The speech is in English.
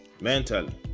mentally